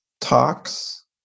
talks